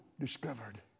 discovered